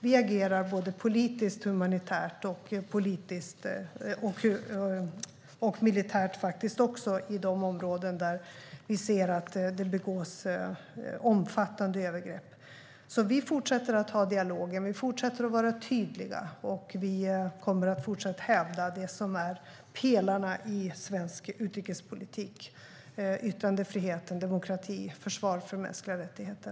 Vi agerar både politiskt och humanitärt och även militärt i de områden där det begås omfattande övergrepp. Vi fortsätter att ha dialogen, vi fortsätter att vara tydliga och vi kommer att fortsatt hävda det som är pelarna i svensk utrikespolitik: yttrandefrihet, demokrati och försvar för mänskliga rättigheter.